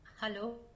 Hello